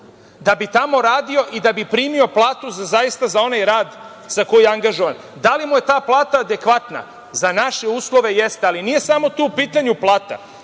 da bi tamo radio i da bi primio platu zaista za onaj rad za koji je angažovan. Da li mu je ta plata adekvatna? Za naše uslove jeste. Ali, nije samo tu u pitanju plata.